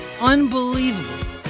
Unbelievable